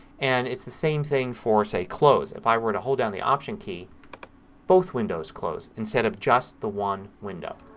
and it's the same thing for, say, close. if i were to hold down the option key both windows close instead of just the one window.